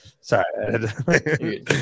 Sorry